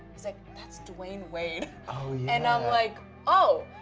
he's like, that's dwyane wade. oh yeah. and i'm like oh!